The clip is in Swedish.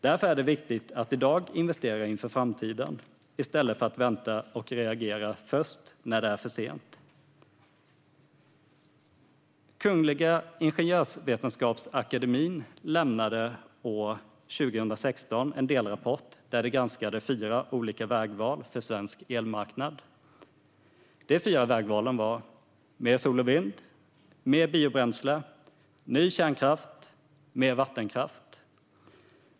Därför är det viktigt att vi i dag investerar inför framtiden i stället för att vänta och reagera först när det är för sent. Kungliga Ingenjörsvetenskapsakademien lämnade år 2016 en delrapport, där de granskade fyra olika vägval för svensk elmarknad. De fyra vägvalen var: mer sol och vind, mer biobränsle, ny kärnkraft och mer vattenkraft.